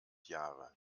jahre